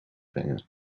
brengen